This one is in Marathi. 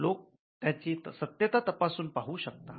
लोक त्याची सत्यता तपासून पाहू शकतात